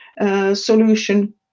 solution